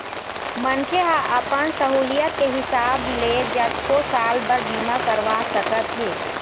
मनखे ह अपन सहुलियत के हिसाब ले जतको साल बर बीमा करवा सकत हे